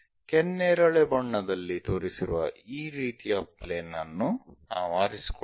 ಕೆನ್ನೇರಳೆ ಬಣ್ಣದಲ್ಲಿ ತೋರಿಸಿರುವ ಈ ರೀತಿಯ ಪ್ಲೇನ್ ಅನ್ನು ನಾವು ಆರಿಸಿಕೊಳ್ಳೋಣ